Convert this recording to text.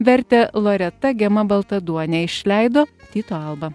vertė loreta gema baltaduonė išleido tyto alba